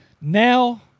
Now –